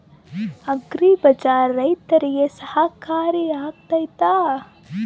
Agri bazaar ರೈತರಿಗೆ ಸಹಕಾರಿ ಆಗ್ತೈತಾ?